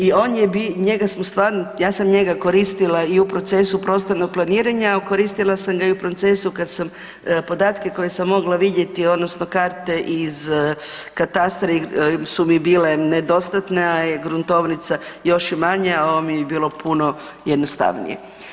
I on je bio, njega smo stvarno, ja sam njega koristila i u procesu prostornog planiranja, koristila sam ga i u procesu kad sam podatke koje sam mogla vidjeti, odnosno karte iz katastra su mi bile nedostatne, gruntovnica još i manje, ovo mi je bilo puno jednostavnije.